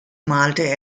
malte